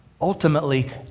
Ultimately